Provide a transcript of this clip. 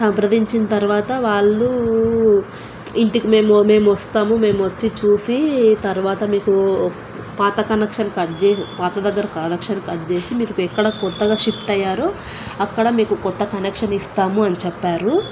సంప్రదించిన తరువాత వాళ్ళు ఇంటికి మేము మేము వస్తాము మేము వచ్చి చూసి మీకు పాత కనెక్షన్ కట్ చేసి పాత దగ్గర కనెక్షన్ కట్ చేేసి మీకు ఎక్కడక్రొత్తగా షిఫ్ట్ అయ్యారో అక్కడ మీకు క్రొత్త కనెక్షన్ ఇస్తాము అని చెప్పారు